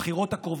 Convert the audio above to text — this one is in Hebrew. בבחירות הקרובות,